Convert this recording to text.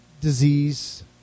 disease